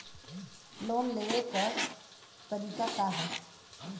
Loan के लेवे क तरीका का ह?